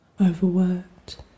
overworked